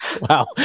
Wow